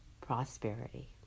prosperity